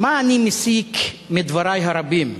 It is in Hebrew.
מה אני מסיק מדברי הרבים?